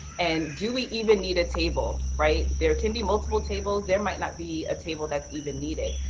and do we even need a table? right. there can be multiple tables. there might not be a table that's even needed.